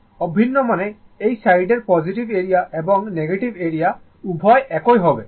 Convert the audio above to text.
অভিন্ন মানে এই সাইড এর পজিটিভ এরিয়া এবং নেগেটিভ এরিয়া উভয় একই হবে